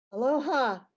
Aloha